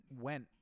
went